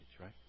right